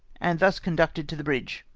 and thus conducted to the bridge,